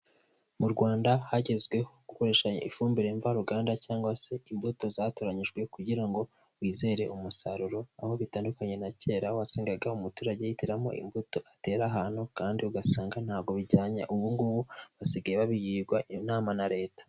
Mu Rwanda hagezweho gukoresha ifumbire mvaruganda cyangwa se imbuto zatoranyijwe kugira ngo wizere umusaruro, aho bitandukanye na kera wasangaga umuturage yihitiramo imbuto atera ahantu kandi ugasanga nta bijyanye, ubu ngubu basigaye babigirwa inama na Leta.